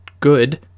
good